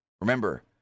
Remember